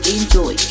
Enjoy